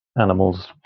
animals